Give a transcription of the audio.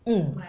mm